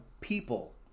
people